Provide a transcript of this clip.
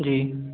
जी